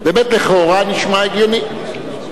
באמת לכאורה נשמע הגיוני.